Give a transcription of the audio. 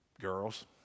girls